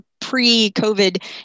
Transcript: pre-COVID